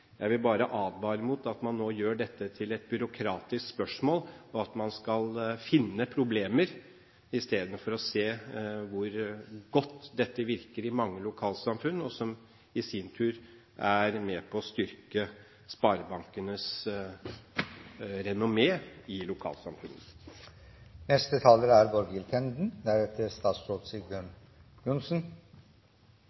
Jeg vil bare advare mot at man nå gjør dette til et byråkratisk spørsmål, og at man skal finne problemer istedenfor å se hvor godt dette virker i mange lokalsamfunn, og som i sin tur er med på å styrke sparebankenes renommé i lokalsamfunnet. Vi som er